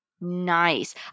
nice